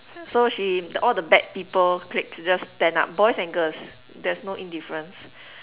so she all the bad people cliques just stand up boys and girls there's no indifference